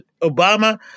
Obama